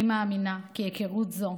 אני מאמינה כי היכרות זו,